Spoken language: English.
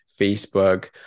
Facebook